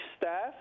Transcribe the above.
staff